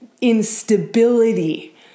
instability